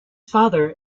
father